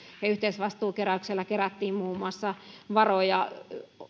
yhteisvastuukeräyksellä kerättiin muun muassa varoja